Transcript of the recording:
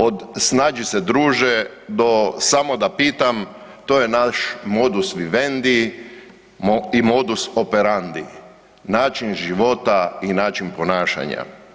Od snađi se druže do samo da pitam to je naš modus vivendi i modus operandi, način života i način ponašanja.